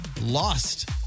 lost